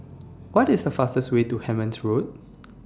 What IS The fastest Way to Hemmant Road